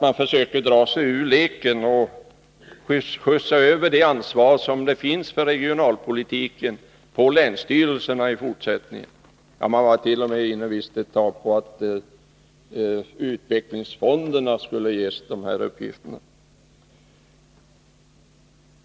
Man försöker dra sig ur leken och att till länsstyrelserna skjutsa över det fortsatta ansvaret för regionalpolitiken.